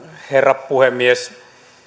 herra puhemies